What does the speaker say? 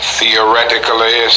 theoretically